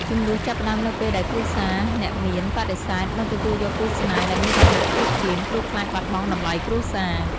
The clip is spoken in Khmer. ជម្លោះចាប់ផ្តើមនៅពេលដែលគ្រួសារអ្នកមានបដិសេធមិនទទួលយកគូស្នេហ៍ដែលមានវណ្ណៈទាបជាង ព្រោះខ្លាចបាត់បង់តម្លៃគ្រួសារ។